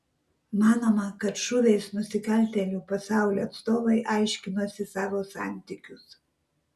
manoma kad šūviais nusikaltėlių pasaulio atstovai aiškinosi savo santykius